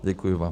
Děkuji vám.